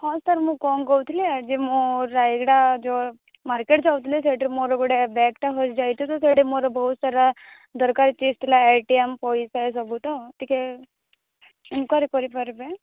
ହଁ ସାର୍ ମୁଁ କ'ଣ କହୁଥିଲି ଆଜି ମୁଁ ରାଏଗଡ଼ା ଯୋ ମାର୍କେଟ ଯାଉଥିଲି ସେଇଠି ମୋର ଗୋଟେ ବ୍ୟାଗ୍ ଟା ହଜିଯାଇଛି ତ ସେଇଠି ମୋର ବହୁତ ସାରା ଦରକାର ଚିଜ୍ ଥିଲା ଏ ଟି ଏମ୍ ପଇସା ଏସବୁ ତ ଟିକେ ଇନକ୍ଵାରି କରିପାରିବେ